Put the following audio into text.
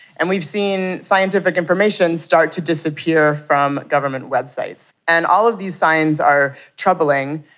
and we've seen scientific information start to disappear from government websites. and all of these signs are troubling,